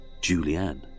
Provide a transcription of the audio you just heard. Julianne